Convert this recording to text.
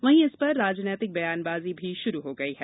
वहीं इस पर राजनीतिक बयानबाजी भी शुरू हो गई है